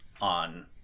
on